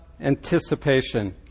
anticipation